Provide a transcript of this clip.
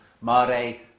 Mare